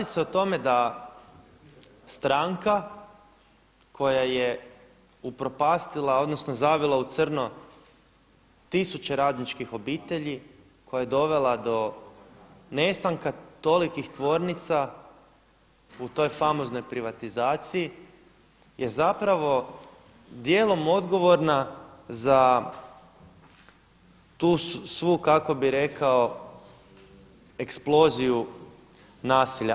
Ma radi se o tome da stranka koja je upropastila, odnosno zavila u crno tisuće radničkih obitelji, koja je dovela do nestanka tolikih tvornica u toj famoznoj privatizaciji je zapravo dijelom odgovorna za tu svu kako bih rekao eksploziju nasilja.